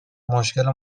مشکل